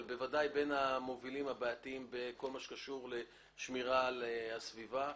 אבל בוודאי בין הבעייתיים בכל מה שקשור לשמירה על הסביבה.